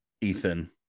ethan